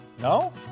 No